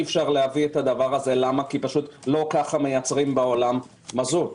אי-אפשר להביא את זה כי לא ככה מייצרים בעולם מזוט.